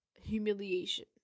humiliation